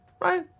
Right